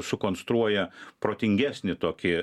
sukonstruoja protingesnį tokį